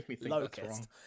Locust